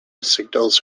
signals